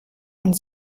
und